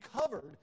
covered